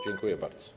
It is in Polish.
Dziękuję bardzo.